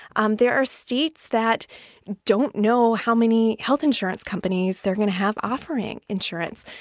um there are states that don't know how many health insurance companies they're going to have offering insurance.